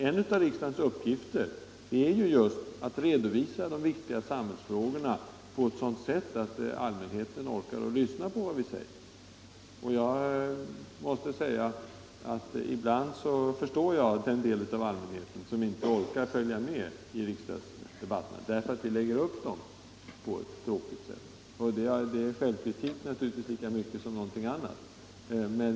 En av riksdagens uppgifter är just att redovisa de viktiga samhällsfrågorna på ett sådant sätt att allmänheten orkar lyssna på vad vi säger. Ibland förstår jag att en del av allmänheten inte orkar följa med i riksdagsdebatterna, därför att vi lägger upp dem på ett tråkigt sätt. Det jag nu säger är naturligtvis även självkritik.